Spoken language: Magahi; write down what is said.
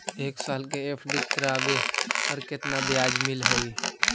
एक साल के एफ.डी करावे पर केतना ब्याज मिलऽ हइ?